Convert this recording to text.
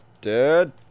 dead